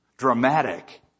dramatic